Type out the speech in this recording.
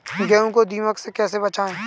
गेहूँ को दीमक से कैसे बचाएँ?